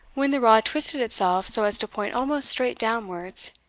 when the rod twisted itself so as to point almost straight downwards.